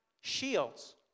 shields